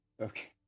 Okay